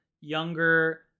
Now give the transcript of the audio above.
younger